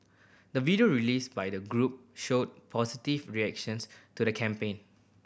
the video released by the group showed positive reactions to the campaign